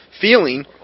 feeling